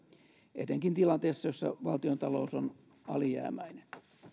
etenkin tilanteessa jossa valtiontalous on alijäämäinen